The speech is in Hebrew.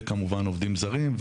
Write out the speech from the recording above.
וכמובן עובדים זרים,